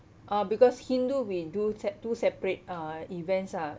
uh because hindu we do se~ do separate uh events ah